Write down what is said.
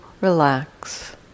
relax